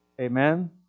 Amen